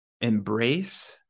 Embrace